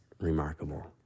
remarkable